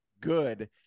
good